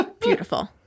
Beautiful